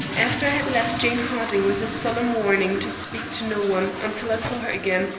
after i had left jane harding with a solemn warning to speak to no one until i saw her again,